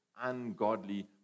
ungodly